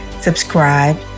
subscribe